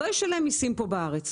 הוא לא ישלם כאן מיסים בארץ.